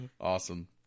Awesome